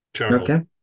Okay